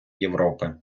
європи